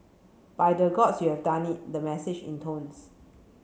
by the Gods you have done it the message intones